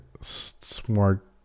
smart